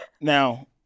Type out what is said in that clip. Now